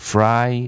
Fry